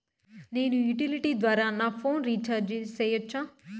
నేను యుటిలిటీ ద్వారా నా ఫోను రీచార్జి సేయొచ్చా?